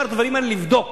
את הדברים האלה אפשר לבדוק